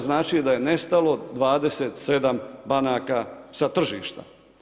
Znači da je nestalo 27 banaka sa tržišta.